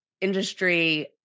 industry